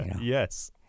Yes